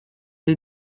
les